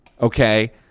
Okay